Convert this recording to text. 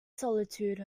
solitude